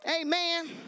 amen